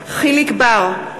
יחיאל חיליק בר,